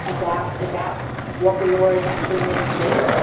about about what the law is actually meant to do.